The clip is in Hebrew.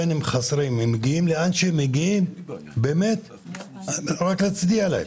אם הם מגיעים לאן שהם מגיעים, אפשר רק להצדיע להם.